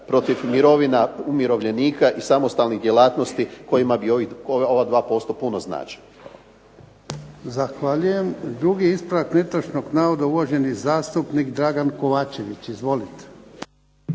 protiv mirovina umirovljenika i samostalnih djelatnosti kojima bi ova 2% puno značila.